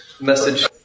message